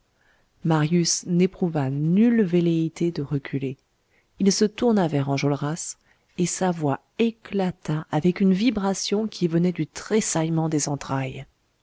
marius n'éprouva nulle velléité de reculer il se tourna vers enjolras et sa voix éclata avec une vibration qui venait du tressaillement des entrailles